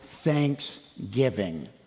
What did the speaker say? thanksgiving